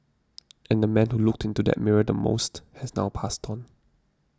and the man who looked into that mirror the most has now passed on